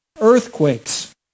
earthquakes